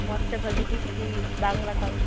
ᱢᱚᱸᱡᱽᱛᱮ ᱵᱷᱟ ᱜᱮ ᱴᱷᱤᱠᱤ ᱵᱟᱝ ᱨᱟᱠᱟᱵᱟ